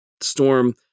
Storm